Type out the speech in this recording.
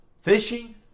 Fishing